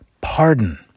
pardon